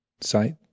sight